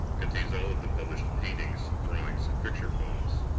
contains all of the published paintings, drawings, and picture poems,